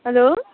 hello